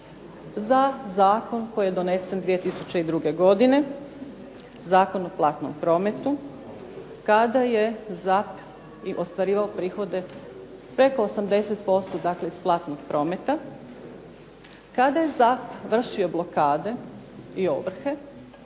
za zakon koji je donesen 2002. godine – Zakon o platnom prometu kada je ZAP i ostvarivao prihode preko 80%, dakle iz platnog prometa. Kada je ZAP vršio blokade i ovrhe